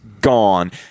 gone